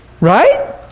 Right